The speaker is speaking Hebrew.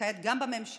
וכעת גם בממשלה,